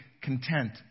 content